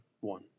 one